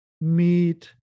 meet